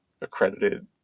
accredited